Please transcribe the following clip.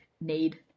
need